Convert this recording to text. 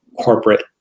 corporate